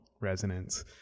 resonance